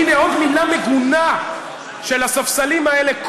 הינה עוד מילה מגונה של הספסלים האלה,